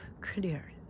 clear